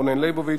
רונן ליבוביץ,